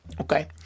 Okay